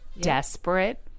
desperate